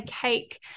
cake